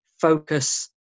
focus